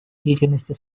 деятельности